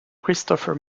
christopher